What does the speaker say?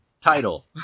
title